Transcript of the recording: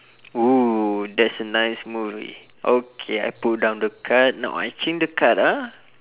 oo that's a nice movie okay I put down the card now I change the card ah